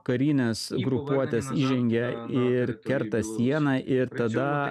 karinės grupuotės įžengia ir kerta sieną ir tada